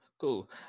Cool